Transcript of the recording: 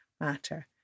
matter